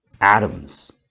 atoms